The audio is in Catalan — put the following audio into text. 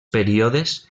períodes